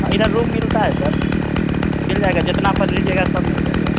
हाँ इधर रूम मिलता है सर मिल जाएगा जितना आपका कर लीजिएगा सब मिल जाएगा